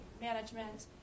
management